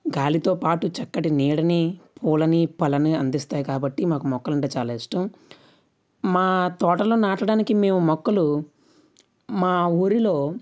గాలితోపాటు చక్కటి నీడని పూలని పళ్ళని అందిస్తాయి కాబట్టి మాకు మొక్కలు అంటే చాలా ఇష్టం మా తోటలో నాటడానికి మేము మొక్కలు మా ఊరిలో